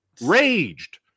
Raged